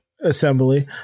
Assembly